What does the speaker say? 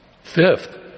Fifth